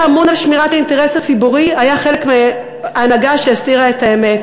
אמון על שמירת האינטרס הציבורי היה חלק מההנהגה שהסתירה את האמת?